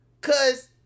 cause